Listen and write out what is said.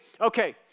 okay